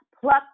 pluck